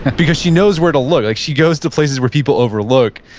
because she knows where to look. like she goes to places where people overlook.